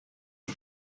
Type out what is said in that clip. had